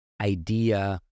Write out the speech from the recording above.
idea